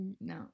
no